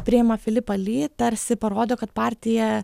priima filipą ly tarsi parodo kad partija